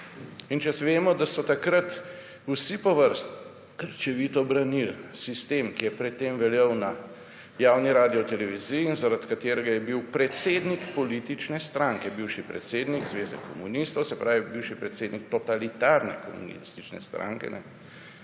In če vemo, da so takrat vsi po vrsti krčevito branili sistem, ki je pred tem veljal na javni radioteleviziji in zaradi katerega je bil predsednik politične stranke, bivši predsednik Zveze komunistov, se pravi bivši predsednik totalitarne komunistične stranke